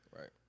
Right